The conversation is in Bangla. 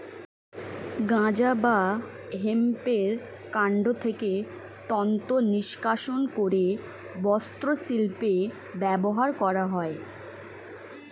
গাঁজা বা হেম্পের কান্ড থেকে তন্তু নিষ্কাশণ করে বস্ত্রশিল্পে ব্যবহার করা হয়